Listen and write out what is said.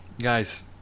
Guys